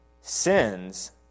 sins